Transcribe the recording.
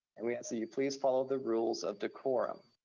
and we ask that you please follow the rules of decorum.